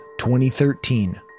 2013